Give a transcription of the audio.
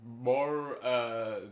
more